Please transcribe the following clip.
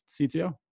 CTO